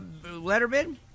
Letterman